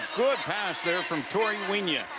good pass there from tori wynja.